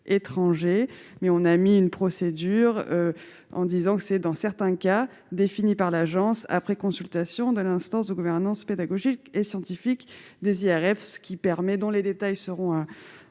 mais on a mis une procédure en disant que c'est dans certains cas, définis par l'agence après consultation de l'instance de gouvernance pédagogique et scientifique des IRF, ce qui permet, dont les détails seront précisés